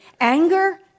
anger